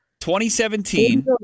2017